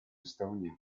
estonia